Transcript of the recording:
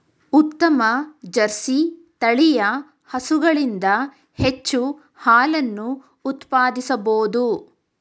ಉತ್ತಮ ಜರ್ಸಿ ತಳಿಯ ಹಸುಗಳಿಂದ ಹೆಚ್ಚು ಹಾಲನ್ನು ಉತ್ಪಾದಿಸಬೋದು